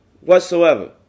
whatsoever